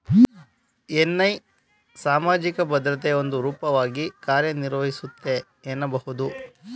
NI ಸಾಮಾಜಿಕ ಭದ್ರತೆಯ ಒಂದು ರೂಪವಾಗಿ ಕಾರ್ಯನಿರ್ವಹಿಸುತ್ತೆ ಎನ್ನಬಹುದು